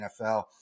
NFL